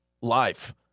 life